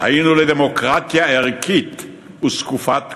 היינו לדמוקרטיה ערכית וזקופת קומה.